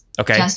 Okay